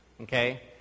Okay